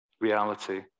reality